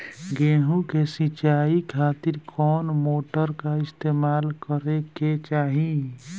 गेहूं के सिंचाई खातिर कौन मोटर का इस्तेमाल करे के चाहीं?